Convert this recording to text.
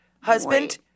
husband